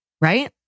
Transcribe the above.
right